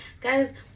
Guys